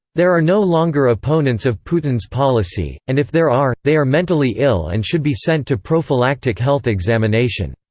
there are no longer opponents of putin's policy, and if there are, they are mentally ill and should be sent to prophylactic health examination.